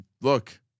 look